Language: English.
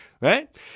right